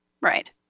right